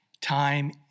time